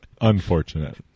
Unfortunate